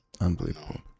Unbelievable